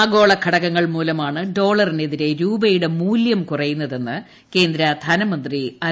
ആഗോള ഘടകങ്ങൾ മൂലമാണ് ഡോളറിനെതിരെ രൂപയുടെ മൂല്യം കുറയുന്നതെന്ന് കേന്ദ്ര ധന്മ്രന്തി അരുൺ ജെയ്റ്റ്ലി